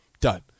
Done